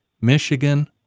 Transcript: Michigan